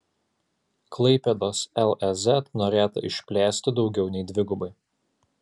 klaipėdos lez norėta išplėsti daugiau nei dvigubai